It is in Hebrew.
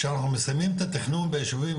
כשאנחנו מסיימים את התכנון ביישובים